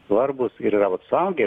svarbūs ir yra vat suaugę ir